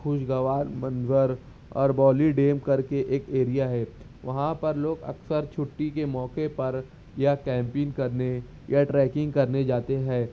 خوشگوار منظر اور بولی ڈیم کر کے ایک ایریا ہے وہاں پر لوگ اکثر چھٹی کے موقع پر یا کمیپئن کرنے یا ٹریکینگ کرنے جاتے ہیں